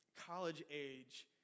college-age